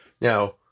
Now